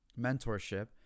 mentorship